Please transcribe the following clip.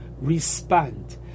respond